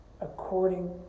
according